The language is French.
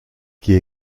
qui